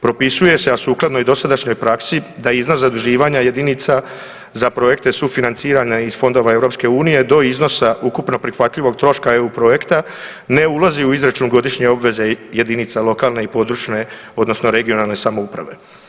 Propisuje se a sukladno i dosadašnjoj praksi da iznos zaduživanja jedinica za projekte sufinancirane iz fondova EU-a do iznosa ukupno prihvatljivog troška EU projekta, ne ulazi u izračun godišnje obveze jedinica lokalne i područne odnosno regionalne samouprave.